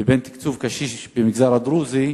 לבין תקצוב קשיש במגזר הדרוזי,